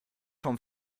vom